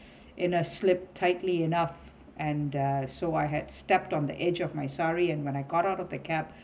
inner slip tightly enough and uh so I had stepped on the edge of my sari and when I got out of the cab